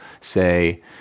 say